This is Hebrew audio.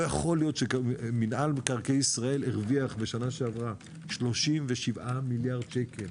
לא יכול להיות שמנהל מקרקעי ישראל הרוויח בשנה שעברה 37 מיליארד שקל,